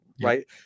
Right